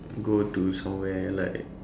go to somewhere like